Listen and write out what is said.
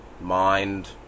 mind